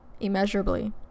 immeasurably